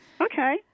Okay